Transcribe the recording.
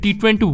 T20